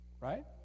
Right